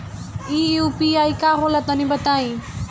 इ यू.पी.आई का होला तनि बताईं?